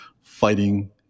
fighting